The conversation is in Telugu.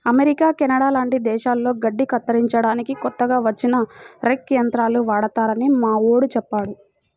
అమెరికా, కెనడా లాంటి దేశాల్లో గడ్డి కత్తిరించడానికి కొత్తగా వచ్చిన రేక్ యంత్రాలు వాడతారని మావోడు చెప్పాడు